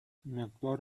مقدار